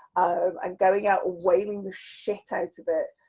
and going out whaling the shit out of it,